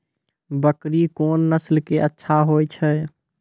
बकरी कोन नस्ल के अच्छा होय छै?